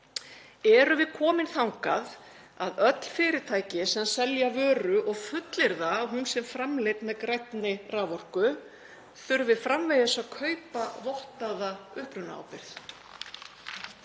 Erum við komin þangað að öll fyrirtæki sem selja vöru og fullyrða að hún sé framleidd með grænni raforku þurfi framvegis að kaupa vottaða upprunaábyrgð?